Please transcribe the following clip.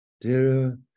Dear